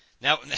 now